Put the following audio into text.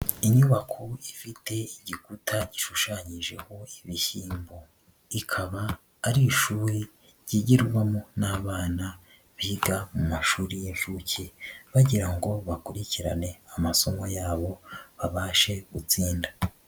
Inyubako ifite igikuta gishushanyijeho ibishyimbo, ikaba ari ishuri ryigirwamo n'abana biga mu mashuri y'inshuke bagira ngo bakurikirane amasomo yabo babashe gutinda.